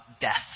death